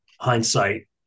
hindsight